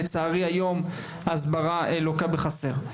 לצערי, היום ההסברה חלוקה בחסר.